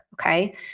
Okay